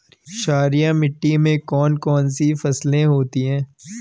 क्षारीय मिट्टी में कौन कौन सी फसलें होती हैं?